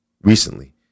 recently